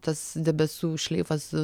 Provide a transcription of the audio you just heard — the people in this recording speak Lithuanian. tas debesų šleifas